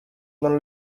non